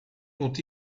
dont